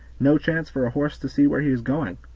no chance for a horse to see where he is going.